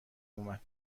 اومد